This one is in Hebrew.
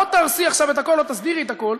או תהרסי עכשיו את הכול או תסדירי את הכול,